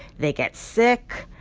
they get sick,